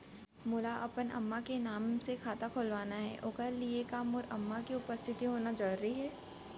मोला अपन अम्मा के नाम से खाता खोलवाना हे ओखर लिए का मोर अम्मा के उपस्थित होना जरूरी हे?